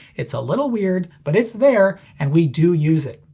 it's a little weird, but it's there and we do use it.